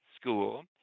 School